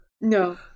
no